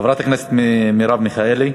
חברת הכנסת מרב מיכאלי.